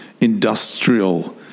industrial